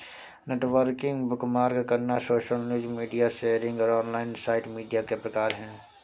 networking, bookmark करना, social news, media sharing और online site media के प्रकार हैं